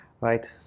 right